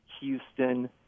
Houston